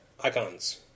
Icons